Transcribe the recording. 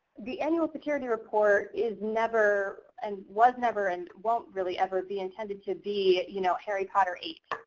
the annual security report is never, and was never and won't really ever be intended to be you know harry potter eight.